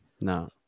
No